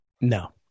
No